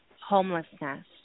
homelessness